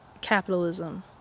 capitalism